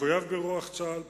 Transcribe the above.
מחויב לרוח צה"ל,